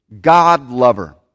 God-lover